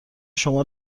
شما